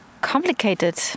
complicated